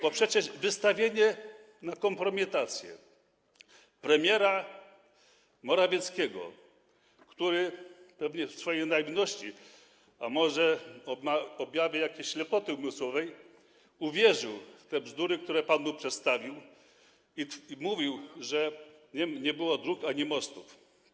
To przecież wystawienie na kompromitację premiera Morawieckiego, który pewnie w swojej naiwności, a może objawie jakiejś ślepoty umysłowej, uwierzył w te bzdury, które pan mu przedstawił, i mówił, że nie było dróg ani mostów.